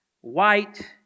white